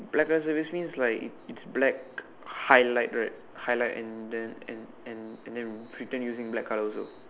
ya like I said which mean like it's black highlight right highlight and then and and and then written using black color also